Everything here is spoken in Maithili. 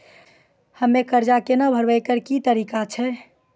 हम्मय कर्जा केना भरबै, एकरऽ की तरीका छै?